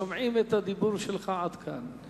שומעים את הדיבור שלך עד כאן.